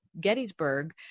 gettysburg